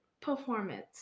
performance